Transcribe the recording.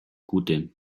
gute